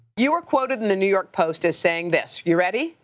you were quoted in the new york post as saying this. you ready?